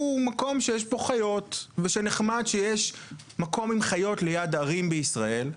הוא מקום שיש בו חיות ושנחמד שיש מקום עם חיות ליד ערים בישראל.